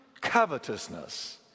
covetousness